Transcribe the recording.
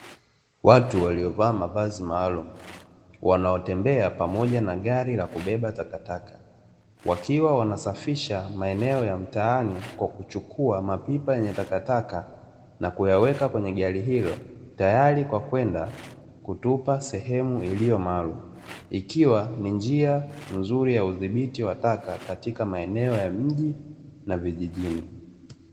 Watu waliovaa mavazi maalumu wanaotembea pamoja na gari la kubeba takataka, wakiwa wanasafisha maeneo ya mtaani kwa kuchukua mapipa yenye takataka na kuyaweka kwenye gari hilo tayari kwa kwenda kutupa sehemu iliyo maalumu, ikiwa ni njia nzuri ya udhibiti wa taka katika maeneo ya mji na vijijini.